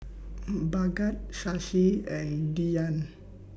Bhagat Shashi and Dhyan